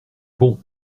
bon